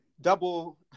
double